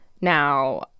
Now